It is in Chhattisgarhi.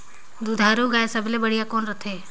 दुधारू गाय सबले बढ़िया कौन रथे?